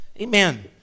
amen